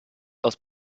aus